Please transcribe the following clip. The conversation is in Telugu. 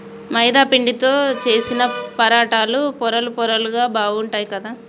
మైదా పిండితో చేశిన పరాటాలు పొరలు పొరలుగా బాగుంటాయ్ కదా